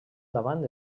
davant